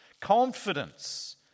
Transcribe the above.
confidence